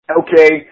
okay